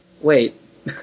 Wait